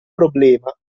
problema